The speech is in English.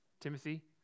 Timothy